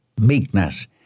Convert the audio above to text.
meekness